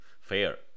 fair